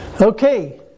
Okay